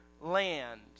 land